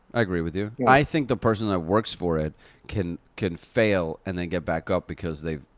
i agree with you. i think the person that works for it can can fail and then get back up because they've.